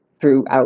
throughout